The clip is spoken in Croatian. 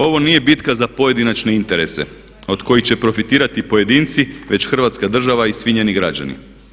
Ovo nije bitka za pojedinačne interese od kojih će profitirati pojedinci već hrvatska država i svi njeni građani.